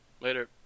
Later